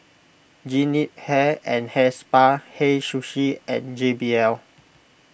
Jean Yip Hair and Hair Spa Hei Sushi and J B L